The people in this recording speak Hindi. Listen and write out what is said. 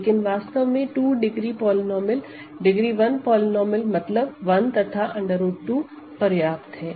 लेकिन वास्तव में 2 डिग्री पॉलीनोमिअल डिग्री 1 पॉलीनोमिअल मतलब 1 तथा √ 2 पर्याप्त है